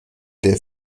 der